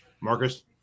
Marcus